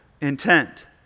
intent